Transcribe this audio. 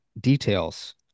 details